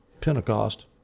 Pentecost